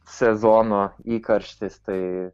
sezono įkarštis tai